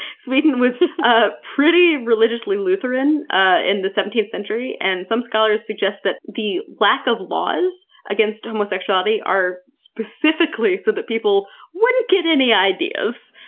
sweden was a pretty religiously lutheran ah in the seventeenth century and some scholars suggest that the lack of laws against homosexuality are specifically so that people wouldn't get any ideas.